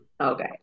Okay